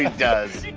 does.